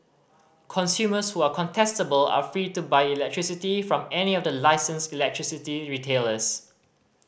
consumers who are contestable are free to buy electricity from any of the licensed electricity retailers